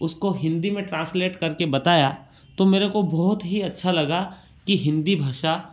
उसको हिंदी में ट्रांसलेट करके बताया तो मेरे को बहुत ही अच्छा लगा कि हिंदी भाषा